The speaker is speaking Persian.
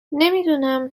نمیدونم